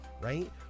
right